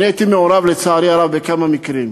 הייתי מעורב, לצערי הרב, בכמה מקרים,